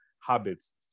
habits